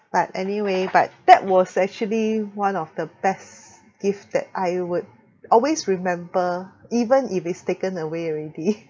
but anyway but that was actually one of the best gift that I would always remember even if it's taken away already